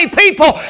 people